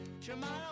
Tomorrow